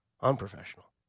Unprofessional